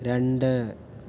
രണ്ട്